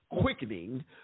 quickening